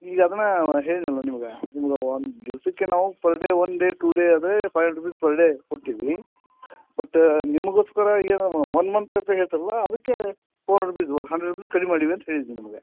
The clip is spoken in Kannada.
ಈಗ ಅದನ್ನೇ ಹೇಳಿದೆನಲ್ಲ ನಿಮಗೆ ನಿಮ್ಗೆ ಒಂದು ದಿವಸಕ್ಕೆ ನಾವು per day one day two day ಆದರೆ five hundred rupees per day ಕೊಡ್ತೀವಿ ಬಟ್ ನಿಮಗೋಸ್ಕರ ಒನ್ ಮಂತ್ ಹೇಳ್ತೀರಲ್ಲ ಅದಕ್ಕೆ four hundred rupees hundred rupees ಕಡಿಮೆ ಮಾಡೀವಿ ಅಂತ ಹೇಳಿದ್ದು ನಿಮಗೆ